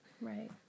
Right